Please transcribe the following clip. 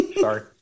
sorry